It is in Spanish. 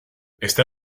está